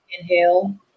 inhale